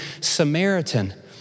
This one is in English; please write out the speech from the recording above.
Samaritan